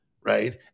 right